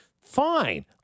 fine